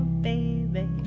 baby